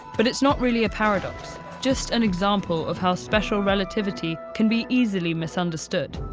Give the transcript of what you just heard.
but it's not really a paradox just an example of how special relativity can be easily misunderstood.